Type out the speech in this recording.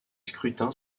scrutins